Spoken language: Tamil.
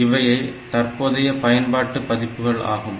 இவையே தற்போதைய பயன்பாட்டு பதிப்புகள் ஆகும்